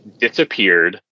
disappeared